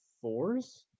fours